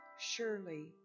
Surely